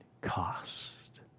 cost